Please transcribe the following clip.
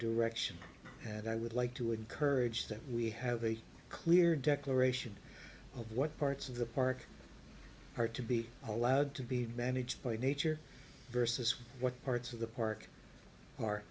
direction and i would like to encourage that we have a clear declaration of what parts of the park are to be allowed to be managed by nature versus what parts of the park mar